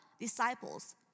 disciples